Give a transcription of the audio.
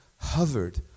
hovered